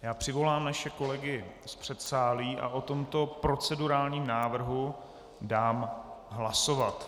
Já přivolám ještě kolegy z předsálí a o tomto procedurálním návrhu dám hlasovat.